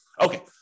okay